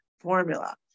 formula